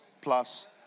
plus